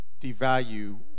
devalue